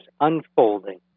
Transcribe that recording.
unfolding